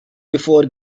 before